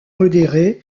modérées